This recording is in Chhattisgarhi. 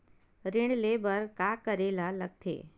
ऋण ले बर का करे ला लगथे?